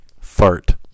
Fart